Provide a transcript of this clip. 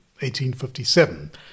1857